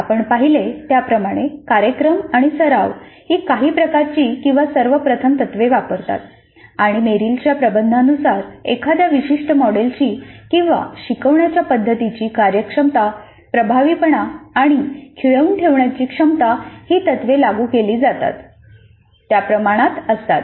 आपण पाहिले त्याप्रमाणे कार्यक्रम आणि सराव ही काही प्रकारची किंवा सर्व प्रथम तत्वे वापरतात आणि मेरीलच्या प्रबंधानुसार एखाद्या विशिष्ट मॉडेलची किंवा शिकवण्याच्या पद्धतीची कार्यक्षमता प्रभावीपणा आणि खिळवून ठेवण्याची क्षमता ही तत्त्वे लागू केली जातात त्या प्रमाणात असतात